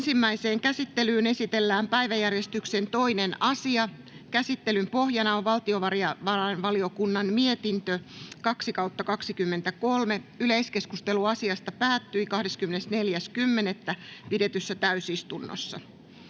Ensimmäiseen käsittelyyn esitellään päiväjärjestyksen 2. asia. Käsittelyn pohjana on valtiovarainvaliokunnan mietintö VaVM 2/2023 vp. Yleiskeskustelu asiasta päättyi 24.10.2023 pidetyssä täysistunnossa.